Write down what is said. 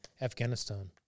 Afghanistan